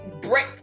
break